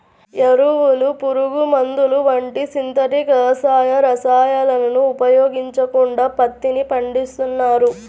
ఎరువులు, పురుగుమందులు వంటి సింథటిక్ వ్యవసాయ రసాయనాలను ఉపయోగించకుండా పత్తిని పండిస్తున్నారు